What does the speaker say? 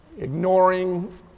ignoring